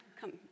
Come